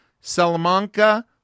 Salamanca